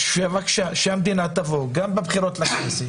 שהמדינה תבוא גם בבחירות לכנסת,